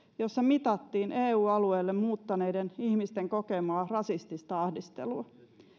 jossa mitattiin eu alueelle muuttaneiden ihmisten kokemaa rasistista ahdistelua